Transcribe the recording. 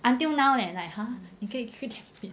until now leh like !huh! 你可以吃